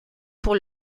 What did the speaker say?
pour